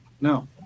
no